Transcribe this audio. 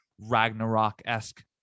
Ragnarok-esque